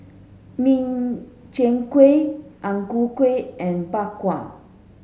Min Chiang Kueh Ang Ku Kueh and Bak Kwa